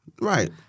Right